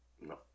No